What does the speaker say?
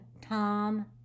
Tom